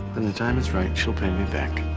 when the time is right, she'll pay me back.